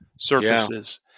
Surfaces